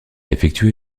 effectué